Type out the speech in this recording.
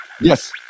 yes